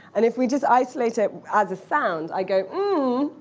and if we just isolate it as a sound, i go